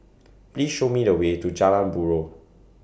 Please Show Me The Way to Jalan Buroh